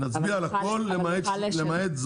נצביע על הכול, למעט זאת.